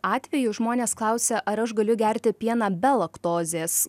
atveju žmonės klausia ar aš galiu gerti pieną be laktozės